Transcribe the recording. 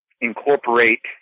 incorporate